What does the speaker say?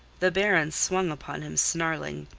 the baron swung upon him snarling.